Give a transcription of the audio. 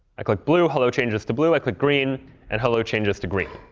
i click blue, hello changes to blue. i click green and hello changes to green.